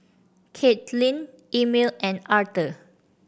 Caitlyn Emil and Arther